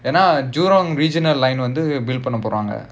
என்ன:enna jurong regional line வந்து:vanthu build பண்ண போறாங்க:panna poraanga